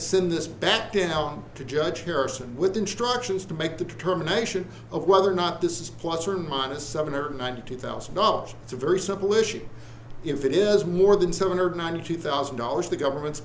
send this back down to judge harrison with instructions to make the determination of whether or not this is plus or minus seven or ninety thousand dollars to a very simple issue if it is more than seven hundred ninety thousand dollars the government's